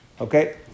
Okay